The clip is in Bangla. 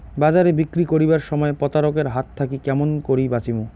বাজারে বিক্রি করিবার সময় প্রতারক এর হাত থাকি কেমন করি বাঁচিমু?